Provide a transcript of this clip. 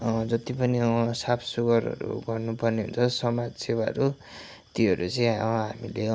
जति पनि साफसुग्घरहरू गर्नुपर्ने हुन्छ समाज सेवाहरू त्योहरू चाहिँ हामीले